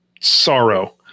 sorrow